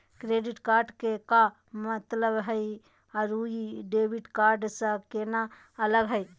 Credit card के का मतलब हई अरू ई डेबिट कार्ड स केना अलग हई?